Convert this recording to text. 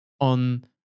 on